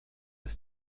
ist